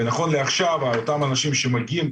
ונכון לעכשיו אותם אנשים שמגיעים,